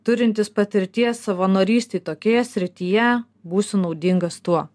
turintis patirties savanorystėj tokioje srityje būsiu naudingas tuo